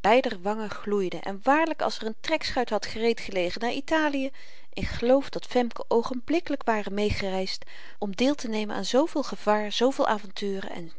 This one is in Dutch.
beider wangen gloeiden en waarlyk als r een trekschuit had gereed gelegen naar italië ik geloof dat femke oogenblikkelyk ware meêgereisd om deeltenemen aan zooveel gevaar zooveel aventuren en